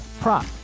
prop